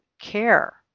care